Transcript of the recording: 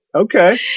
Okay